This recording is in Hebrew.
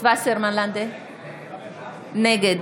נגד